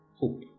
hope